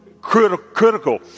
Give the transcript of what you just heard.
critical